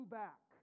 back